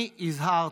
אני הזהרתי,